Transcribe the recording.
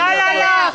לא, לא.